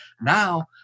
Now